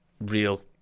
real